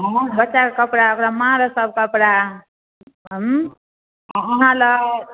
हँ बच्चाके कपड़ा ओकरा माँके सब कपड़ा हम अहाँ लए